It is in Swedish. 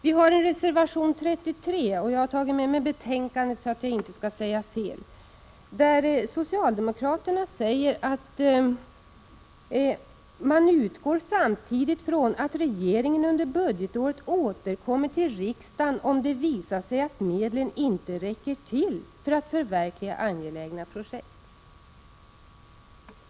I reservation 33 framhåller socialdemokraterna att de ”utgår samtidigt från att regeringen under budgetåret återkommer till riksdagen om det visar sig att medlen inte räcker till för att förverkliga angelägna projekt”.